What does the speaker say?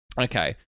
Okay